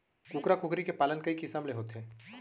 कुकरा कुकरी के पालन कई किसम ले होथे